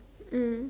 mm